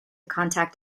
contact